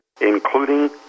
including